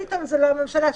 ביטון זה לא הממשלה,